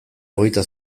hogeita